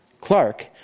Clark